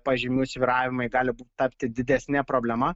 pažymių svyravimai gali tapti didesne problema